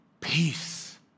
peace